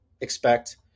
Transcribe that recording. expect